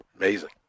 amazing